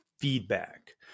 feedback